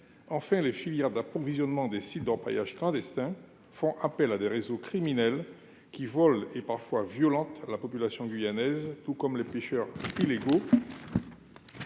Enfin, les filières d'approvisionnement des sites d'orpaillage clandestin font appel à des réseaux criminels qui volent et parfois violentent la population guyanaise. Quant aux pêcheurs illégaux,